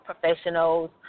professionals